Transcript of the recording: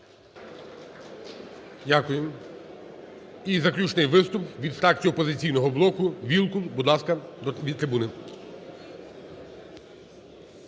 Дякуємо. І заключний виступ від фракції "Опозиційного блоку" Вілкул. Будь ласка. Від трибуни.